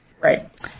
Right